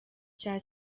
cya